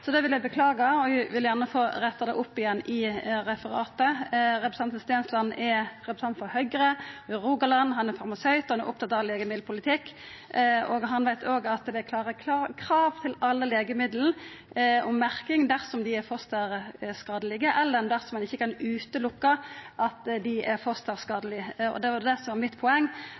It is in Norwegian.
Så det vil eg beklaga, og eg vil gjerne få retta det opp i referatet. Representanten Stensland er representant for Høgre i Rogaland, han er farmasøyt, han er opptatt av legemiddelpolitikk, og han veit òg at det er klare krav til merking av alle legemiddel dersom dei er fosterskadelege, eller dersom ein ikkje kan utelukka at dei er fosterskadelege. Det var det som var mitt poeng.